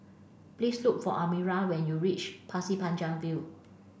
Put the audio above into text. please look for Amira when you reach Pasir Panjang View